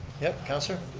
yep, councilor?